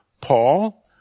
Paul